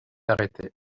arrêté